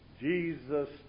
Jesus